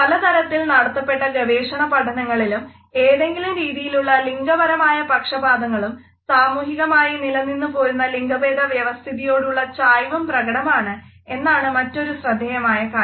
പലതരത്തിൽ നടത്തപ്പെട്ട ഗവേഷണപഠനങ്ങളിലും ഏതെങ്കിലും രീതിയിലുള്ള ലിംഗപരമായ പക്ഷപാതങ്ങളും സാമൂഹികമായി നിലനിന്നുപോരുന്ന ലിംഗഭേദ വ്യവസ്ഥിതിയോടുള്ള ചായ്വും പ്രകടമാണ് എന്നതാണ് മറ്റൊരു ശ്രദ്ധേയമായ കാര്യം